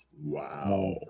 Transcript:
Wow